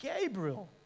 Gabriel